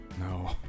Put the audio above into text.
No